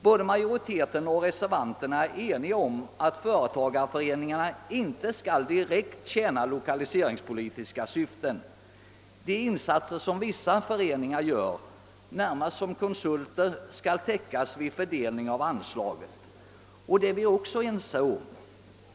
Både majoriteten och reservanterna är eniga om att företagareföreningarna inte skall direkt tjäna lokaliseringspolitiska syften. De insatser som vissa föreningar gör, närmast som konsulter, skall täckas vid fördelningen av anslaget. Detta är vi också ense om.